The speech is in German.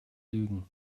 lügen